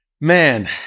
Man